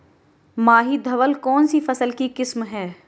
माही धवल कौनसी फसल की किस्म है?